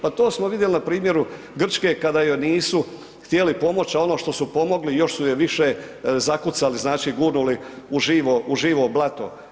Pa to smo vidjeli na primjeru Grčke kada joj nisu htjeli pomoći, a ono što su joj pomogli još su je više zakucali, znači gurnuli u živo, u živo blato.